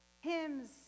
hymns